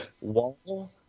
Wall